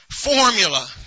formula